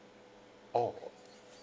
oh